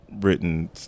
written